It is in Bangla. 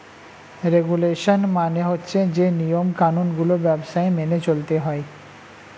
রেগুলেশন মানে হচ্ছে যে নিয়ম কানুন গুলো ব্যবসায় মেনে চলতে হয়